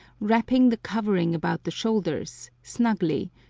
wrapping the covering about the shoulders, snugly,